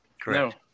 Correct